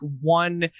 one